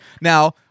Now